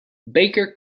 baker